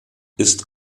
ist